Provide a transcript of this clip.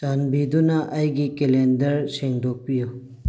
ꯆꯟꯕꯤꯗꯨꯅ ꯑꯩꯒꯤ ꯀꯦꯂꯦꯟꯗꯔ ꯁꯦꯡꯗꯣꯛꯄꯤꯌꯨ